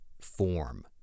form